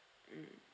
mm